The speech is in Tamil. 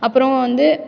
அப்புறோம் வந்து